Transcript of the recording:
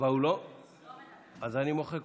כבוד היושב-ראש, חברות וחברי הכנסת, אני שמעתי